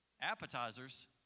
appetizers